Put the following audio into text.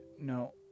No